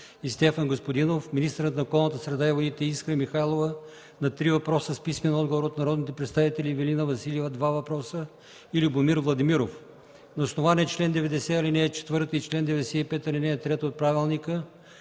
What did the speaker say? и Стефан Господинов; - министърът на околната среда и водите Искра Михайлова – на три въпроса с писмен отговор от народните представители Ивелина Василева – два въпроса, и Любомир Владимиров. На основание чл. 90, ал. 4 и чл. 95, ал. 3 от Правилника